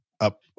up